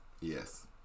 Yes